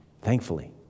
Thankfully